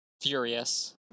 Furious